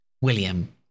William